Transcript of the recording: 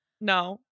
No